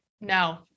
no